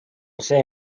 see